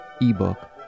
ebook